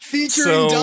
Featuring